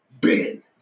Ben